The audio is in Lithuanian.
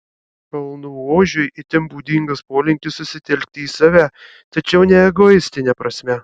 kalnų ožiui itin būdingas polinkis susitelkti į save tačiau ne egoistine prasme